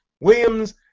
Williams